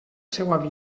seua